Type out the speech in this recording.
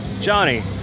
Johnny